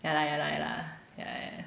ya lah ya lah ya lah ya